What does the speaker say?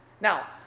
Now